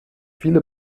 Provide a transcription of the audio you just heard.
viele